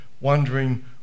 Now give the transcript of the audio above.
wondering